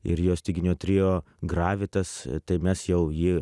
ir jo styginių trio gravitas tai mes jau jį